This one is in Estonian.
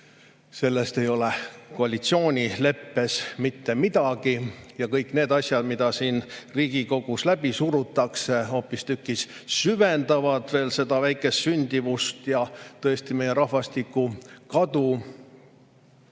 Sellest ei ole koalitsioonileppes mitte midagi. Ja kõik need asjad, mida siin Riigikogus läbi surutakse, hoopistükkis süvendavad veel seda väikest sündimust ja tõesti meie rahvastiku kadu.